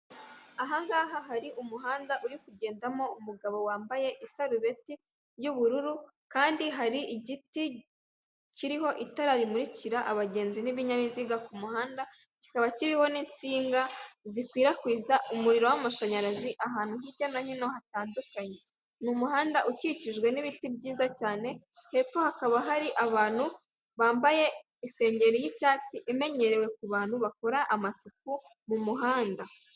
Aha ngaha hari umuhanda uri kugendamo umugabo wambaye isarubeti y'ubururu kandi hari igiti kiriho itara rimurikira abagenzi n'ibinyabiziga ku muhanda, kikaba kiriho n'insinga zikwirakwiza umuriro w'amashanyarazi ahantu hirya no hino hatandukanye, ni umuhanda ukikijwe n'ibiti byiza cyane, hepfo hakaba hari abantu bambaye isengeri y'icyatsi imenyerewe ku bantu bakora amasuku mu muhanda.